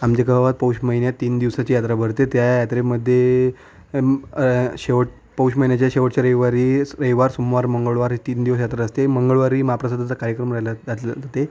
आमच्या गावात पौष महिन्यात तीन दिवसाची यात्रा भरते त्या यात्रेमध्ये शेवट पौष महिन्याच्या शेवटच्या रविवारी स रविवार सोमवार मंगळवार हे तीन दिवस यात्रा असते मंगळवारी महाप्रसादाचा कार्यक्रम राहिला घातला जाते